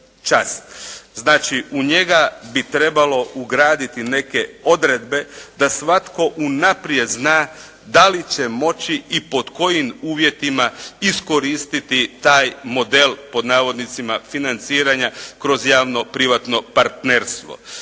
Znači, u njega bi trebalo ugraditi neke odredbe da svatko unaprijed zna da li će moći i pod kojim uvjetima iskoristiti taj model, pod navodnicima "financiranja" kroz javno-privatno partnerstvo.